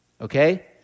Okay